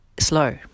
slow